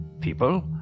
people